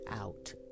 out